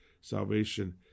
salvation